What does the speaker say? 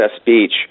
speech—